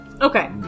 Okay